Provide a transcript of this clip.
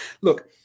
Look